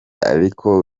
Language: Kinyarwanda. ariko